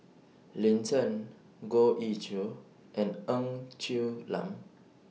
Lin Chen Goh Ee Choo and Ng Quee Lam